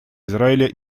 израиля